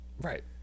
right